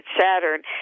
Saturn